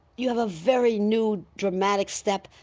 you have a very new, dramatic step.